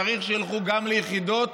צריך שילכו גם ליחידות